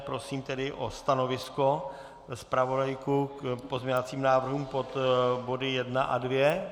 Prosím tedy o stanovisko zpravodajku k pozměňovacím návrhům pod body 1 a 2.